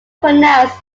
pronounced